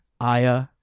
Aya